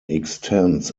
extends